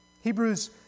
Hebrews